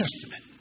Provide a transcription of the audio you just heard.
Testament